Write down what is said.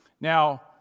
Now